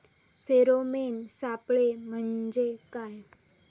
Pheromone सापळे म्हंजे काय?